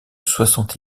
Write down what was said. soixante